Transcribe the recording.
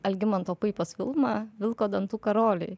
algimanto puipos filmą vilko dantų karoliai